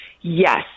Yes